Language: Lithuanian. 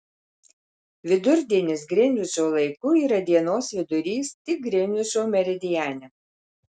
vidurdienis grinvičo laiku yra dienos vidurys tik grinvičo meridiane